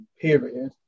period